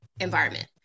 environment